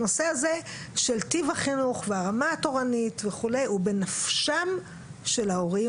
הנושא הזה של טיב החינוך והרמה התורנית הוא בנפשם של ההורים.